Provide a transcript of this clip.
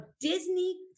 disney